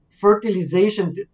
Fertilization